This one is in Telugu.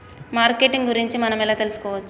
మార్కెటింగ్ గురించి మనం ఎలా తెలుసుకోవచ్చు?